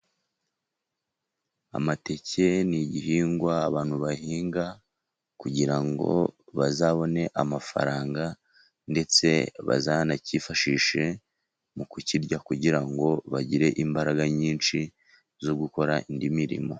Amateke ni igihingwa abantu bahinga kugira ngo bazabone amafaranga, ndetse bazanacyifashishe mu kukirya, kugira ngo bagire imbaraga nyinshi zo gukora indi mirimo.